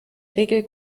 regel